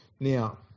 Now